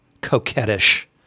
coquettish